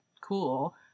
cool